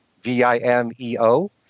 V-I-M-E-O